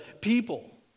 people